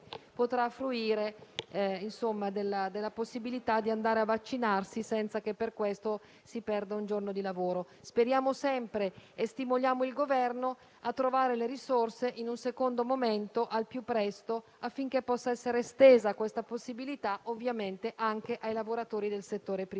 potrà fruire della possibilità di andare a vaccinarsi senza che per questo si perda un giorno di lavoro. Speriamo sempre e stimoliamo il Governo a trovare le risorse in un secondo momento, al più presto, affinché questa possibilità possa essere estesa ovviamente anche ai lavoratori del settore privato.